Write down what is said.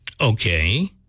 Okay